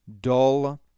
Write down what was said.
dull